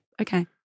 okay